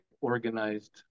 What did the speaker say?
organized